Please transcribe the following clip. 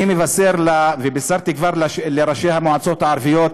בישרתי כבר לראשי המועצות הערביות.